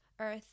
Earth